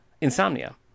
Insomnia